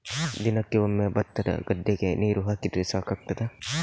ದಿನಕ್ಕೆ ಒಮ್ಮೆ ಭತ್ತದ ಗದ್ದೆಗೆ ನೀರು ಹಾಕಿದ್ರೆ ಸಾಕಾಗ್ತದ?